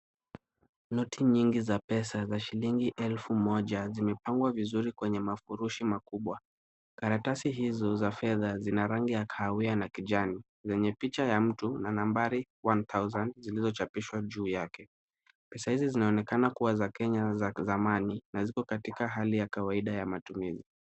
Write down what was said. Noti nyingi za pesa za shilingi elfu moja zimepangwa vizuri kwenye mafurushi makubwa. Karatasi hizo za fedha zina rangi ya kahawia na kijani zenye picha ya mtu na nambari one thousand zilizochapishwa juu yake. Pesa hizi zinaonekana kuwa za Kenya na za zamani na ziko katika hali ya kawaida ya matumizi.